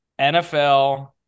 NFL